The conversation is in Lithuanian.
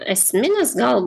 esminis gal